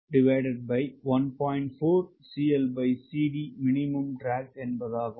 154 CLCD minimum drag என்பதாகும்